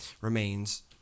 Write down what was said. remains